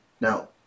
Now